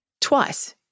twice